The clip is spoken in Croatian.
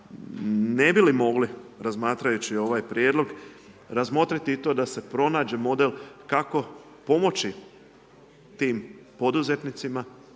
Ne bi li mogli razmatrajući ovaj prijedlog razmotriti i to da se pronađe model kako pomoći tim poduzetnicima